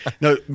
No